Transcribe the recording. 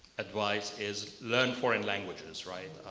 advice is learn foreign languages, right?